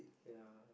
ya